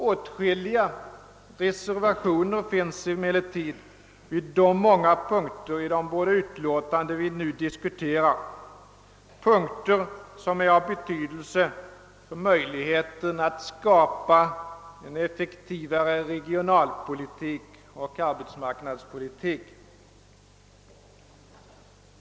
Åtskilliga reservationer finns emellertid vid många punkter i de båda utlå tanden vi nu diskuterar, punkter som är av betydelse för möjligheterna att skapa en effektivare regionalpolitik och arbetsmarknadspolitik.